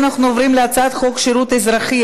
אנחנו עוברים להצעת חוק שירות אזרחי,